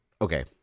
okay